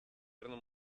erano